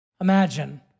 Imagine